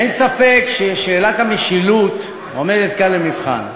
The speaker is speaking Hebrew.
אין ספק ששאלת המשילות עומדת כאן למבחן,